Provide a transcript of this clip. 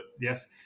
yes